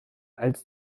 als